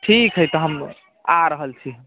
ठीक हइ तऽ हम आ रहल छी